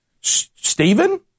Stephen